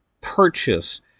purchase